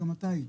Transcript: גם אתה היית,